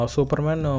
Superman